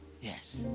Yes